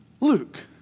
Luke